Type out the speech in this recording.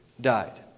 died